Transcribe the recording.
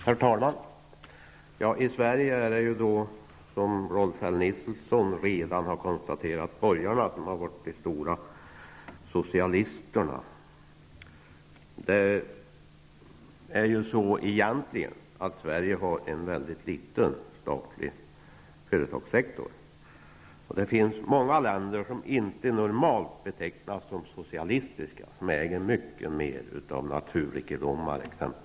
Herr talman! I Sverige är det, som Rolf L Nilson redan har konstaterat, borgarna som har varit de verkliga socialisterna. Men egentligen är den statliga företagssektorn i Sverige väldigt liten. Många länder -- och jag tänker då på länder som normalt inte betecknas som socialistiska har mycket mer av naturrikedomar.